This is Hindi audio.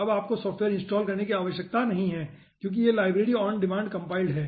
अब आपको सॉफ़्टवेयर इनस्टॉल करने की आवश्यकता नहीं है क्योंकि यह लाइब्रेरी ऑन डिमांड कॉम्पाईल्ड है